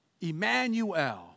Emmanuel